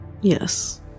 Yes